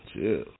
chill